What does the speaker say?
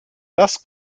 das